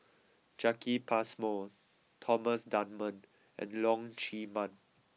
Jacki Passmore Thomas Dunman and Leong Chee Mun